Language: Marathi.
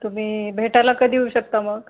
तुम्ही भेटायला कधी येऊ शकता मग